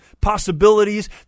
possibilities